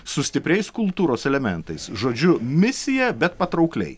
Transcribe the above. su stipriais kultūros elementais žodžiu misija bet patraukliai